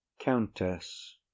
COUNTESS